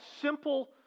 simple